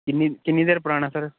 ਕਿੰਨੀ ਕਿੰਨੀ ਦੇਰ ਪੁਰਾਣਾ ਸਰ